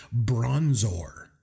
Bronzor